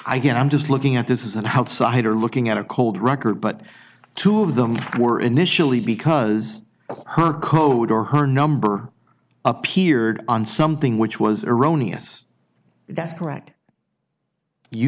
guess i'm just looking at this is an outsider looking at a cold record but two of them were initially because her code or her number appeared on something which was erroneous that's correct you